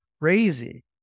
crazy